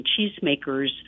cheesemakers